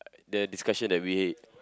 the discussion that we